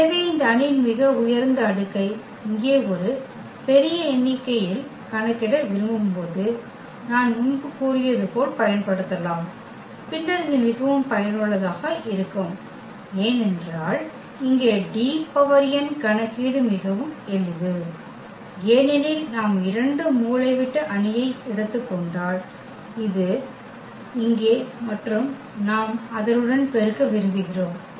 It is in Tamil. எனவே இந்த அணியின் மிக உயர்ந்த அடுக்கை இங்கே ஒரு பெரிய எண்ணிக்கையில் கணக்கிட விரும்பும்போது நான் முன்பு கூறியது போல் பயன்படுத்தலாம் பின்னர் இது மிகவும் பயனுள்ளதாக இருக்கும் ஏனென்றால் இங்கே Dn கணக்கீடு மிகவும் எளிது ஏனெனில் நாம் 2 மூலைவிட்ட அணியை எடுத்துக் கொண்டால் இது இங்கே மற்றும் நாம் அதனுடன் பெருக்க விரும்புகிறோம்